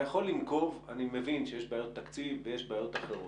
אני מבין שיש בעיות תקציב ויש בעיות אחרות,